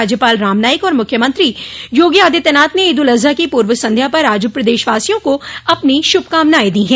राज्यपाल राम नाईक और मुख्यमंत्री योगी आदित्यनाथ ने ईदुल अजहा की पूर्व संध्या पर आज प्रदेशवासियों को अपनी श्रभकामनाएं दी है